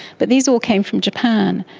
but these all came from japan.